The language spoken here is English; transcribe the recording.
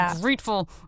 grateful